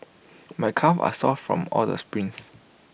my calves are sore from all the sprints